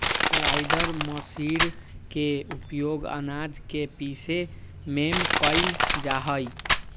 grinder machine के उपयोग आनाज के पीसे में कइल जाहई